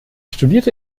studierte